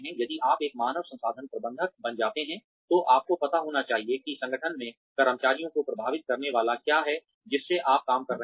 यदि आप एक मानव संसाधन प्रबंधक बन जाते हैं तो आपको पता होना चाहिए कि संगठन में कर्मचारियों को प्रभावित करने वाला क्या है जिससे आप काम कर रहे हैं